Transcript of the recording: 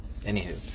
Anywho